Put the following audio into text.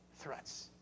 threats